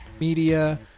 media